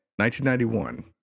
1991